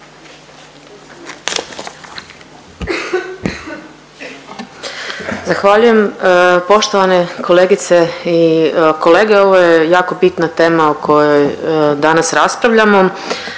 Zahvaljujem. Poštovane kolegice i kolege, ovo je jako bitna tema o kojoj danas raspravljamo.